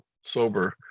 sober